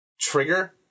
trigger